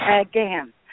again